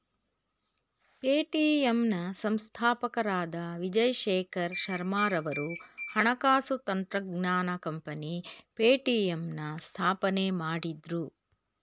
Paytm ನ ಸಂಸ್ಥಾಪಕರಾದ ವಿಜಯ್ ಶೇಖರ್ ಶರ್ಮಾರವರು ಹಣಕಾಸು ತಂತ್ರಜ್ಞಾನ ಕಂಪನಿ ಪೇಟಿಎಂನ ಸ್ಥಾಪನೆ ಮಾಡಿದ್ರು